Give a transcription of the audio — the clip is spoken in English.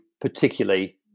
particularly